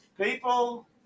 people